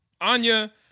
Anya